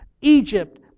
Egypt